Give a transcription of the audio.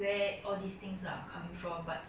ya for those that are ignorant